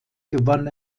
gewann